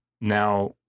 now